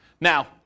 Now